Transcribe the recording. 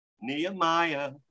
Nehemiah